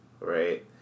right